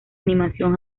animación